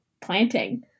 planting